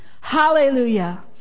Hallelujah